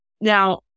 Now